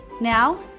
Now